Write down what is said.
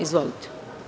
Izvolite.